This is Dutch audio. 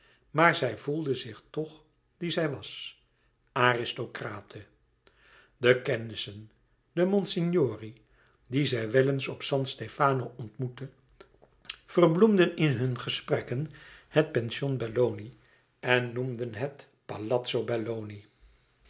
maar zij voelde zich toch die zij was aristrocrate de kennissen de monsignori die zij wel eens op san stefano ontmoette verbloemden in hun gesprekken het pension belloni en noemden het